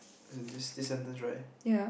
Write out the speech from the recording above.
as in this this sentence right